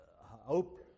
hope